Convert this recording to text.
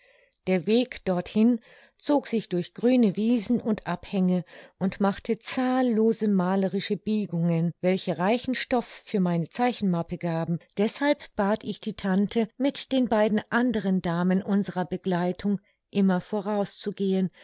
der weg dorthin zog sich durch grüne wiesen und abhänge und machte zahllose malerische biegungen welche reichen stoff für meine zeichenmappe gaben deshalb bat ich die tante mit den beiden anderen damen unserer begleitung immer voraus zu